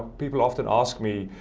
people often ask me,